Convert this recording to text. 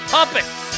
Puppets